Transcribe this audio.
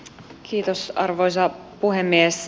kiitos arvoisa puhemies